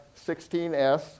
16S